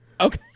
Okay